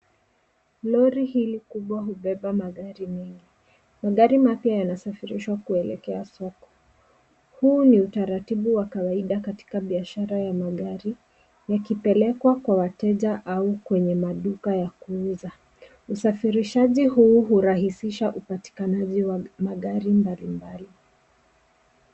Lori hili kubwa hubeba magari mengi. Magari mapya yanasafirishwa kuelekea soko. Huu ni utaratibu wa kawaida katika biashara wa magari ikipelekwa kwa wateja au kwenye maduka ya kuuza. Usafirishaji huu urahisisha upatikanaji wa magari mbalimbali.